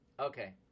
Okay